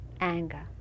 anger